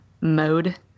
mode